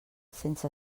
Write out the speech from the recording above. sense